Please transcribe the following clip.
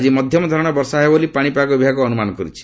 ଆକ୍କି ମଧ୍ୟମ ଧରଣର ବର୍ଷା ହେବ ବୋଲି ପାଣିପାଗ ବିଭାଗ ଅନୁମାନ କରିଛି